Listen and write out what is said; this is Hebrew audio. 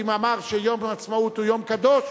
אם אמר שיום העצמאות הוא יום קדוש,